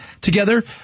together